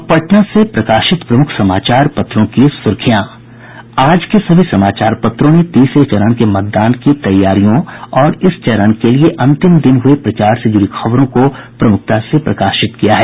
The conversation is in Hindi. अब पटना से प्रकाशित प्रमुख समाचार पत्रों की सुर्खियां आज के सभी समाचार पत्रों ने तीसरे चरण के मतदान की तैयारियों और इस चरण के लिए अंतिम दिन हुये प्रचार से जुड़ी खबरों को प्रमुखता से प्रकाशित किया है